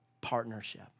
partnership